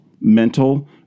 mental